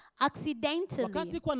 Accidentally